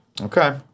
Okay